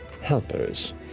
helpers